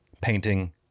painting